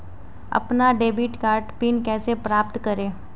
अपना debit card pin कैसे प्राप्त करें?